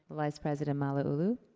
vice-president malauulu?